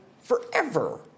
forever